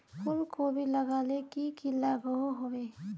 फूलकोबी लगाले की की लागोहो होबे?